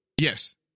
Yes